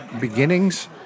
beginnings